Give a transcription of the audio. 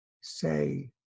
say